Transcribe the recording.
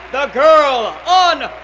the girl on